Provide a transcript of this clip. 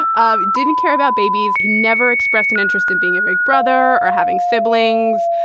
ah ah didn't care about babies. he never expressed an interest in being a big brother or having siblings.